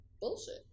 bullshit